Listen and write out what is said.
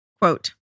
Quote